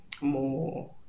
more